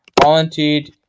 volunteered